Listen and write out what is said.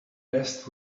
best